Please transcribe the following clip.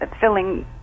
filling